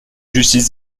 justice